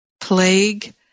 plague